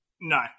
no